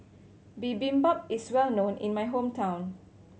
bibimbap is well known in my hometown